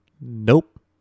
nope